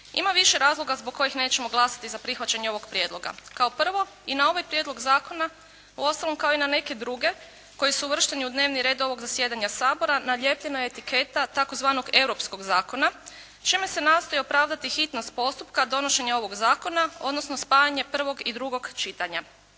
Ima više razloga zbog kojih nećemo glasati za prihvaćanje ovog prijedloga. Kao prvo, i na ovaj prijedlog zakona uostalom kao i na neke druge koji su uvršteni u dnevni red ovog zasjedanja Sabora nalijepljena je etiketa tzv. Europskog zakona čime se nastoji opravdati hitnost postupka donošenja ovog zakona odnosno spajanja prvog i drugog čitanja.